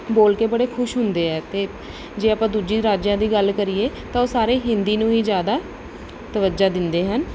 ਬੋਲ ਕੇ ਬੜੇ ਖੁਸ਼ ਹੁੰਦੇ ਆ ਅਤੇ ਜੇ ਆਪਾਂ ਦੂਜੀ ਰਾਜਾਂ ਦੀ ਗੱਲ ਕਰੀਏ ਤਾਂ ਉਹ ਸਾਰੇ ਹਿੰਦੀ ਨੂੰ ਹੀ ਜ਼ਿਆਦਾ ਤਵੱਜੋ ਦਿੰਦੇ ਹਨ